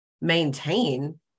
maintain